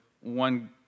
one